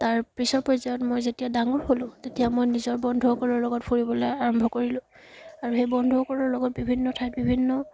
তাৰ পিছৰ পৰ্যায়ত মই যেতিয়া ডাঙৰ হ'লোঁ তেতিয়া মই নিজৰ বন্ধুসকলৰ লগত ফুৰিবলৈ আৰম্ভ কৰিলোঁ আৰু সেই বন্ধুসকলৰ লগত বিভিন্ন ঠাইত বিভিন্ন